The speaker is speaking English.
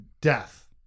death